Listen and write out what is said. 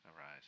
arise